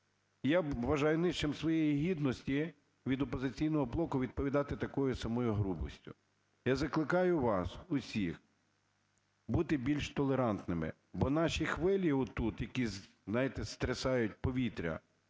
Я вважаю нижчим своєї гідності від "Опозиційного блоку" відповідати такою самою грубістю. Я закликаю вас усіх бути більш толерантними, бо наші хвилі отут, які, знаєте, сотрясають повітря,